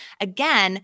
again